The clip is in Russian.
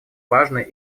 важной